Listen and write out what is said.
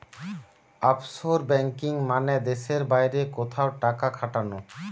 offshore banking মানে দেশের বাইরে কোথাও টাকা খাটানো